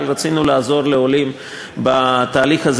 אבל רצינו לעזור לעולים בתהליך הזה